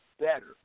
better